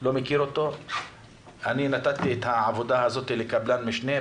אני נתתי את העבודה הזאת לקבלן משנה.